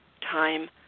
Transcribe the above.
time